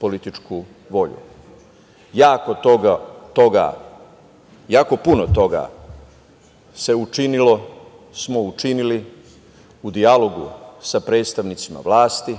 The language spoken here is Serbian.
političku volju. Jako puno toga se učinilo, smo učinili u dijalogu sa predstavnicima vlasti.